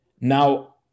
Now